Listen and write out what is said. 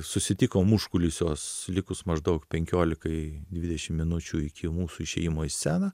susitikom užkulisiuos likus maždaug penkiolikai dvidešim minučių iki mūsų išėjimo į sceną